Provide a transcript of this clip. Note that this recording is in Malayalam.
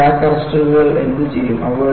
ഈ ക്രാക്ക് അറസ്റ്ററുകൾ എന്തുചെയ്യും